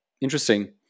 Interesting